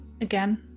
again